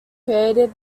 created